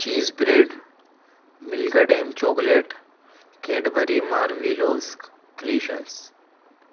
cheese bread milk dam chocolate Cadbury marvelous creations